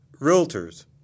realtors